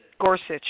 Gorsuch